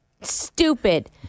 Stupid